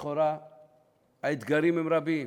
לכאורה האתגרים הם רבים